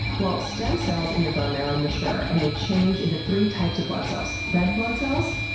well, stem cells in your bone marrow mature and they change into three types of blood cells red blood cells,